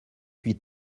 huit